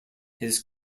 his